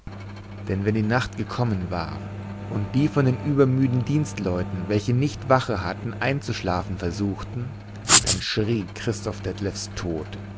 denn wenn die nacht gekommen war und die von den übermüden dienstleuten welche nicht wache hatten einzuschlafen versuchten dann schrie christoph detlevs tod